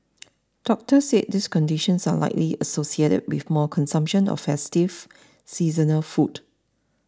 doctors said these conditions are likely associated with more consumption of festive seasonal food